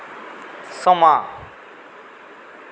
समां